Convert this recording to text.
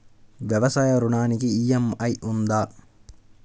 వ్యవసాయ ఋణానికి ఈ.ఎం.ఐ ఉందా?